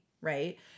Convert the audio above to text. right